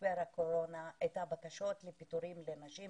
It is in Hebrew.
משבר הקורונה את הבקשות לפיטורים לנשים